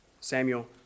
Samuel